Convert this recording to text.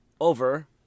over